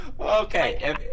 Okay